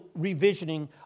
revisioning